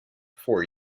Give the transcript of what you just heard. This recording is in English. for